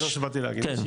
זה מה שבאתי להגיד.